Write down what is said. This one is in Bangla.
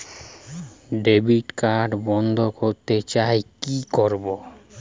ডেবিট কার্ড বন্ধ করতে চাই কি করব?